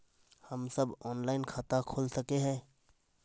हम सब ऑनलाइन खाता खोल सके है?